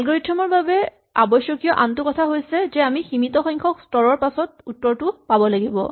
algorithm ৰ বাবে আৱশ্যকীয় আনটো কথা হৈছে যে আমি সীমিত সংখ্যক স্তৰৰ পাছত উত্তৰটো পাব লাগিব